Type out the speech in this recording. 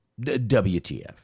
WTF